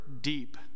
deep